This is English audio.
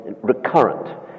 recurrent